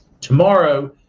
Tomorrow